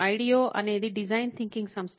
ideo అనేది design thinking సంస్థ